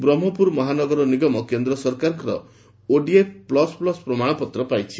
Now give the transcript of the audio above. ବ୍ରହ୍କପୁର ମହାନଗର ନିଗମ କେନ୍ଦ୍ର ସରକାରଙ୍କର ଓଡ଼ିଏଫ୍ ପ୍ଲସ୍ ପ୍ଲସ୍ ପ୍ରମାଶପତ୍ର ପାଇଛି